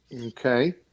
Okay